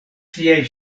siaj